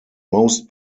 most